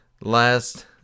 last